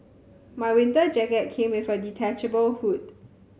my winter jacket came with a detachable hood